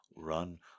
Run